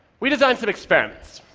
we designed some experiments.